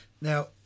Now